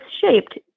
shaped